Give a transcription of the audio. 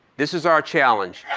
this is our challenge,